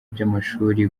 by’amashuri